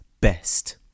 best